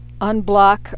unblock